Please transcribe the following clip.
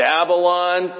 Babylon